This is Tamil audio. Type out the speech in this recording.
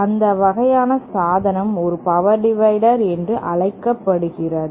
அந்த வகையான சாதனம் ஒரு பவர் டிவைடர் என்று அழைக்கப்படுகிறது